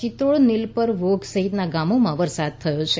ચિત્રોડ નિલપર વોંઘ સહિતના ગામોમાં વરસાદ થયો છે